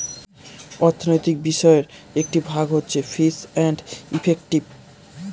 অর্থনৈতিক বিষয়ের একটি ভাগ হচ্ছে ফিস এন্ড ইফেক্টিভ